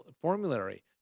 formulary